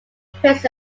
prisms